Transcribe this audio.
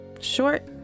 Short